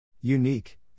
Unique